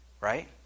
Right